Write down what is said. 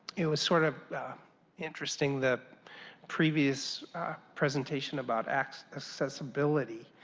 it was sort of interesting the previous presentation about accessibility.